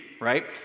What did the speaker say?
right